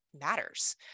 matters